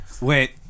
Wait